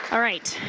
all right,